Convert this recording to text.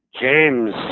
James